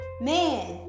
man